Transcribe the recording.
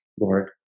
Lord